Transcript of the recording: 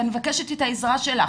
אני מבקשת את העזרה שלך.